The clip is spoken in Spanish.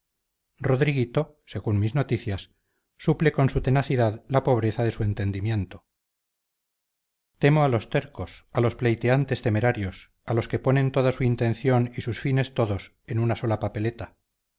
rodriguito según mis noticias suple con su tenacidad la pobreza de su entendimiento temo a los tercos a los pleiteantes temerarios a los que ponen toda su intención y sus fines todos en una sola papeleta